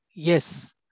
Yes